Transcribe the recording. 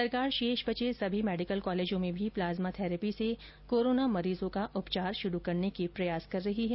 सरकार शेष बचे सभी मेडिकल कॉलेजों में भी प्लाज्मा थैरेपी से कोरोना मरीजों का उपचार शुरू करने के प्रयास कर रही है